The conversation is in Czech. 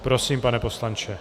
Prosím, pane poslanče.